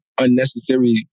unnecessary